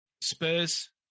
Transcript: Spurs